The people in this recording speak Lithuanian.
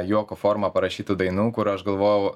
juoko forma parašytų dainų kur aš galvojau